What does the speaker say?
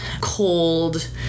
cold